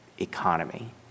economy